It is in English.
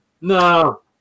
No